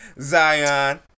Zion